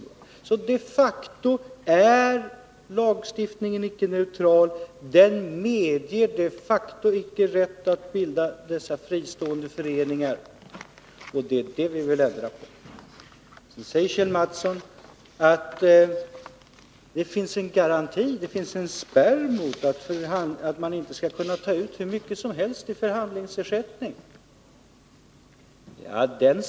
Lagstiftningen är alltså de facto icke neutral, den medger de facto icke rätt att bilda fristående föreningar. Det är det vi vill ändra på. Kjell Mattsson säger att det finns en spärr som garanterar att man inte kan ta ut hur mycket som helst i förhandlingsersättning.